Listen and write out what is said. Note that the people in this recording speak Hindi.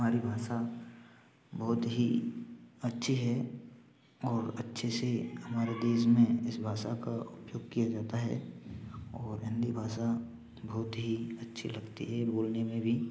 हमारी भाषा बहुत ही अच्छी है और अच्छे से हमारे हमारे देश में इस भाषा का उपयोग किया जाता है और हिंदी भाषा बहुत ही अच्छी लगती है बोलने में भी